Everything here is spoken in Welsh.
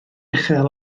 uchel